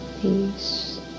peace